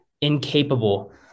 incapable